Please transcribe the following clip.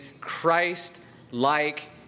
Christ-like